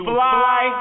Fly